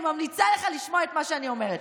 אני ממליצה לך לשמוע את מה שאני אומרת,